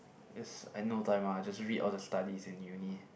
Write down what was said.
it's I no time ah I just read all the studies in uni